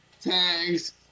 tags